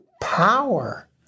power